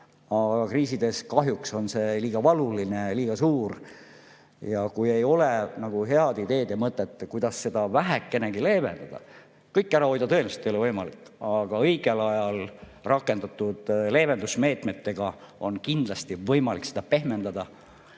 Aga kriisides kahjuks on see liiga valuline, liiga suur. Ja kui ei ole nagu head ideed ja mõtet, kuidas seda vähekenegi leevendada ... Kõike ära hoida tõenäoliselt ei ole võimalik, aga õigel ajal rakendatud leevendusmeetmetega on kindlasti võimalik midagi pehmendada.